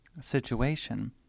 situation